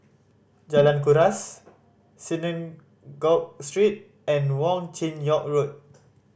Jalan Kuras Synagogue Street and Wong Chin Yoke Road